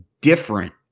different